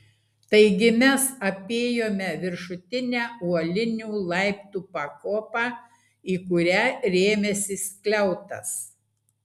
taigi mes apėjome viršutinę uolinių laiptų pakopą į kurią rėmėsi skliautas